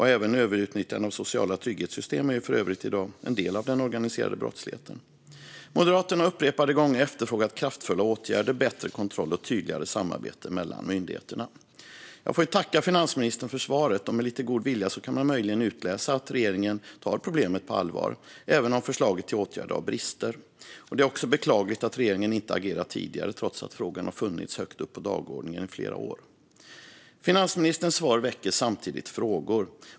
Även överutnyttjande av sociala trygghetssystem är för övrigt i dag en del av den organiserade brottsligheten. Moderaterna har upprepade gånger efterfrågat kraftfulla åtgärder, bättre kontroll och tydligare samarbete mellan myndigheterna. Jag får tacka finansministern för svaret. Med lite god vilja kan man möjligen utläsa att regeringen tar problemet på allvar, även om förslaget till åtgärder har brister. Det är också beklagligt att regeringen inte agerat tidigare trots att frågan har funnits högt upp på dagordningen i flera år. Finansministerns svar väcker samtidigt frågor.